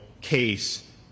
case